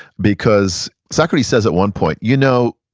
because socrates says at one point you know,